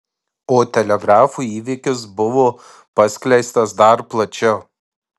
o telegrafu įvykis buvo paskleistas dar plačiau